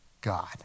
God